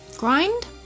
Grind